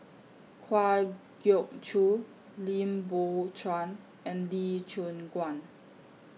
Kwa Geok Choo Lim Biow Chuan and Lee Choon Guan